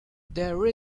there